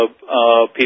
people